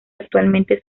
actualmente